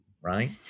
right